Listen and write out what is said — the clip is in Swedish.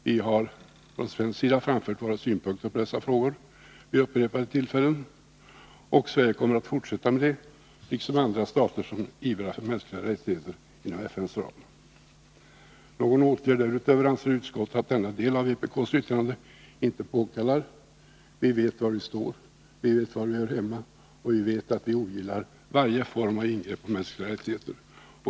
Vi har från svensk sida framfört våra synpunkter på dessa frågor vid upprepade tillfällen, och Sverige kommer att fortsätta med det, liksom andra stater som ivrar för mänskliga rättigheter inom FN:s ram. Någon åtgärd därutöver anser inte utskottet att denna del av vpk:s yttrande påkallar. Vi vet var vi står, vi vet var vi hör hemma och vi vet att vi ogillar varje form av ingrepp mot mänskliga rättigheter.